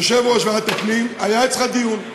יושב-ראש ועדת הפנים, היה אצלך דיון.